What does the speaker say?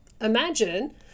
imagine